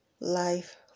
Life